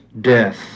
death